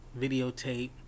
videotape